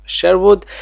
Sherwood